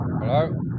Hello